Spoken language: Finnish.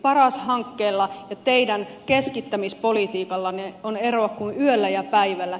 paras hankkeella ja teidän keskittämispolitiikallanne on ero kuin yöllä ja päivällä